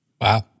Wow